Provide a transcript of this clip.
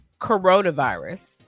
coronavirus